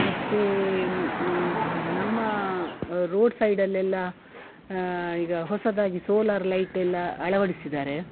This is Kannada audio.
ಮತ್ತು ನಮ್ಮ ರೋಡ್ ಸೈಡಲ್ಲೆಲ್ಲ ಈಗ ಹೊಸದಾಗಿ ಸೋಲಾರ್ ಲೈಟ್ ಎಲ್ಲ ಅಳವಡಿಸಿದ್ದಾರೆ